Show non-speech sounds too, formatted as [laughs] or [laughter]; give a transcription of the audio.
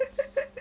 [laughs]